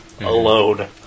alone